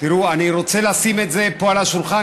אני רוצה לשים את זה פה על השולחן,